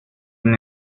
ihn